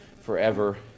forever